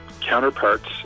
counterparts